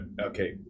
okay